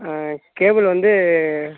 ஆ cable வந்து